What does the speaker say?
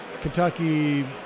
Kentucky